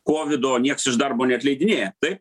kovido nieks iš darbo neatleidinėja taip